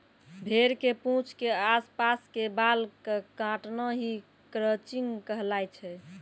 भेड़ के पूंछ के आस पास के बाल कॅ काटना हीं क्रचिंग कहलाय छै